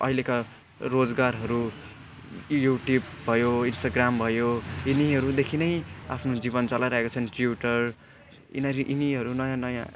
अहिलेका रोजगारहरू युट्युब भयो इन्स्टाग्राम भयो यिनीहरूदेखि नै आफ्नो जीवन चलाइरहेका छन् ट्युटर यिनीहरू यिनीहरू नयाँ नयाँ